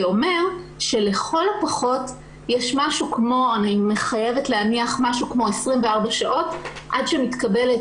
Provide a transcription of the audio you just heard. זה אומר שלכל הפחות יש משהו כמו 24 שעות עד שמתקבלת